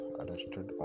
arrested